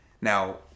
Now